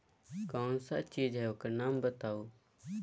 कौन सा चीज है ओकर नाम बताऊ?